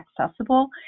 accessible